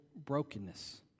brokenness